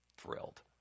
thrilled